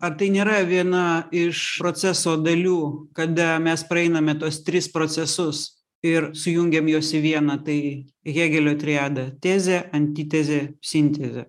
ar tai nėra viena iš proceso dalių kada mes praeiname tuos tris procesus ir sujungiam juos į vieną tai hėgelio triada tezė antitezė sintezė